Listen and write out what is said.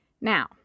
Now